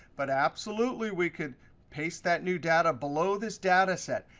but, absolutely, we could paste that new data below this data set.